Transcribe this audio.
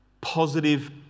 positive